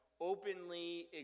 openly